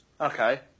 Okay